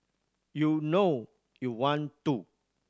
you know you want to